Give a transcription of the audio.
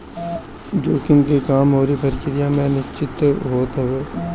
जोखिम के काम अउरी प्रक्रिया में अनिश्चितता होत हवे